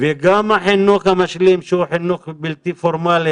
וגם החינוך המשלים שהוא החינוך הבלתי פורמלי